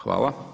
Hvala.